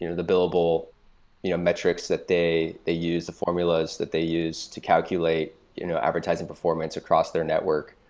you know the billable you know metrics that they they use, the formulas that they use to calculate you know advertising performance across their network,